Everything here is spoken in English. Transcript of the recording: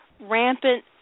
rampant